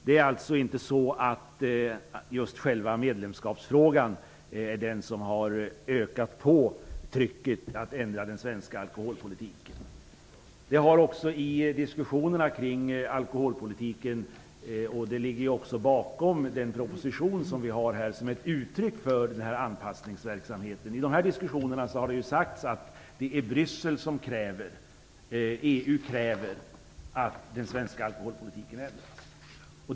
Det är alltså inte själva medlemskapsfrågan som har ökat trycket att ändra den svenska alkoholpolitiken. I diskussionerna kring alkoholpolitiken har det sagts att det är Bryssel och EU som kräver att den svenska alkoholpolitiken ändras. Det är också det som ligger bakom propositionen.